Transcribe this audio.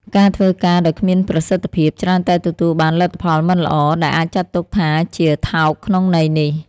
ការធ្វើការដោយគ្មានប្រសិទ្ធភាព ច្រើនតែទទួលបានលទ្ធផលមិនល្អ ដែលអាចចាត់ទុកថាជា "ថោក" ក្នុងន័យនេះ។